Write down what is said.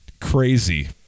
crazy